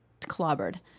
clobbered